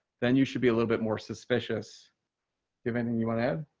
then you should be a little bit more suspicious given and you want to add.